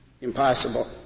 impossible